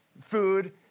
food